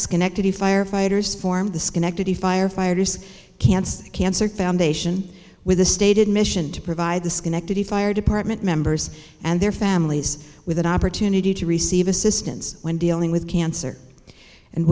schenectady firefighters formed the schenectady firefighters cancer cancer foundation with a stated mission to provide the schenectady fire department members and their families with an opportunity to receive assistance when dealing with cancer and